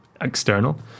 external